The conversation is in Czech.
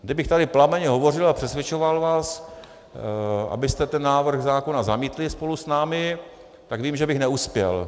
Kdybych tady plamenně hovořil a přesvědčoval vás, abyste ten návrh zákona zamítli spolu s námi, tak vím, že bych neuspěl.